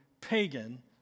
pagan